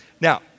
Now